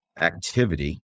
activity